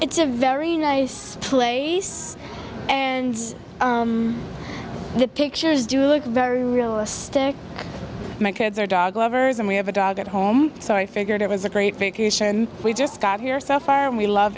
it's a very nice place and the pictures do look very realistic my kids are dog lovers and we have a dog at home sorry figured it was a great vacation we just got here so far and we love